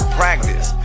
practice